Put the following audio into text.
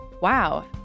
Wow